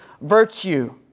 virtue